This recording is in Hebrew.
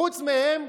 חוץ מהם,